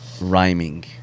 rhyming